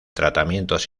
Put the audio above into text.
tratamientos